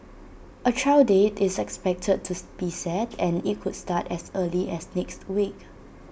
A trial date is expected to be set and IT could start as early as next week